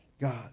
God